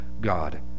God